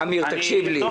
אני אבדוק את זה.